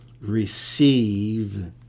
receive